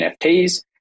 NFTs